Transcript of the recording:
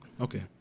Okay